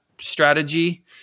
strategy